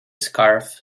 scarf